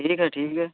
ठीक है ठीक है